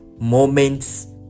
moments